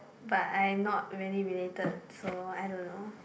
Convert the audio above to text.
but I'm not really related so I don't know